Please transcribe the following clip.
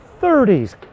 30s